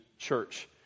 church